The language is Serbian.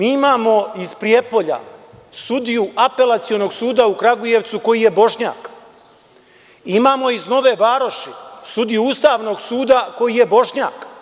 Imamo iz Prijepolja sudiju Apelacionog suda u Kragujevcu koji je Bošnjak, imamo iz Nove Varoši sudiju Ustavnog suda koji je Bošnjak.